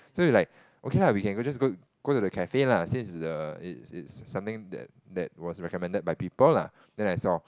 so we were like okay lah we can just go go to the cafe lah since it's a it's it's something that that was recommended by people lah then I saw